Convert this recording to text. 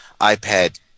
iPad